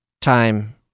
time